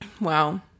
Wow